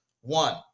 one